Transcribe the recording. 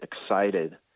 excited